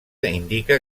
indica